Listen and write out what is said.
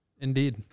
Indeed